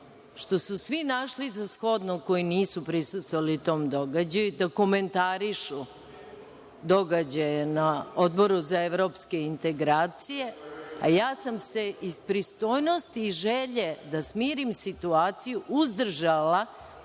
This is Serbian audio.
što su svi našli za shodno koji nisu prisustvovali tom događaju da komentarišu događaje na Odboru za Evropske integracije, a ja sam se iz pristojnosti i želje da smirim situaciju uzdržala